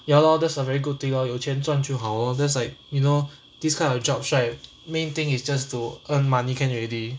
ya lor that's a very good thing orh 有钱赚就好 orh that's like you know this kinds of jobs right main thing is just to earn money can already